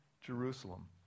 Jerusalem